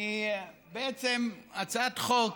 היא בעצם הצעת חוק